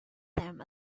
them